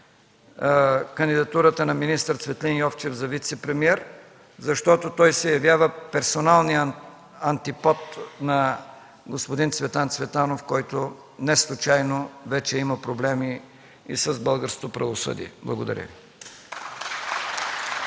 кандидатурата на министър Цветлин Йовчев за вицепремиер, защото той се явява персоналният антипод на господин Цветан Цветанов, който неслучайно вече има проблеми и с българското правосъдие. Благодаря Ви.